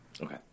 Okay